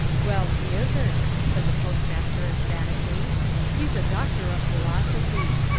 well, he isn't, said the postmaster emphatically he's a doctor of philosophy.